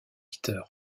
peter